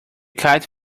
kite